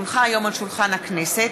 כי הונחו היום על שולחן הכנסת,